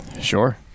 Sure